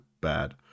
bad